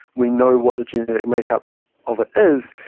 we know what the genetic make-up of it is,